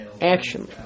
action